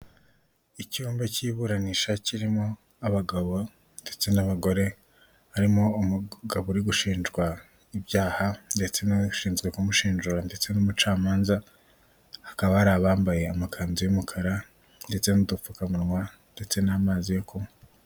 Icyumba cy'iburanisha kirimo abagabo ndetse n'abagore, harimo umugabo uri gushinjwa ibyaha ndetse n'abashinzwe kumushinjura ndetse n'umucamanza, hakaba hari abambaye amakanzu y'umukara ndetse n'udupfukamunwa ndetse n'amazi yo kunywa.